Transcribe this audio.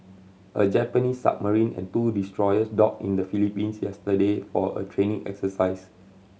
a Japanese submarine and two destroyers dock in the Philippines yesterday for a training exercise